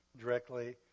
directly